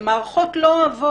מערכות לא אוהבות